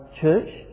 church